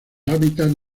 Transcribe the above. hábitats